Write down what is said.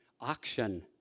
auction